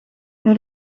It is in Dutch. hun